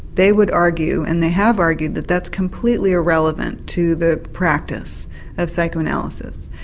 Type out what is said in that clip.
they would argue, and they have argued, that that's completely irrelevant to the practice of psychoanalysis.